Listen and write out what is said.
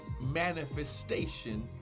manifestation